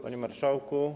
Panie Marszałku!